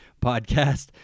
podcast